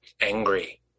Angry